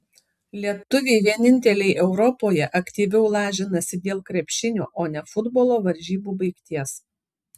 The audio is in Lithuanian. lietuviai vieninteliai europoje aktyviau lažinasi dėl krepšinio o ne futbolo varžybų baigties